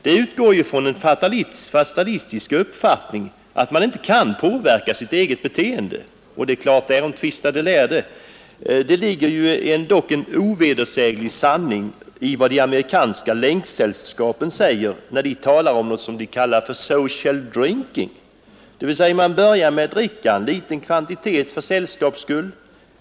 Den utgår från en fatalistisk uppfattning att man inte kan påverka sitt eget beteende, och därom tvista ju de lärde. Det ligger dock en ovedersäglig sanning i vad de amerikanska länksällskapen säger, när de talar om social drinking. Man börjar med att dricka en ytterst liten kvantitet för sällskaps skull.